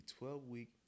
12-week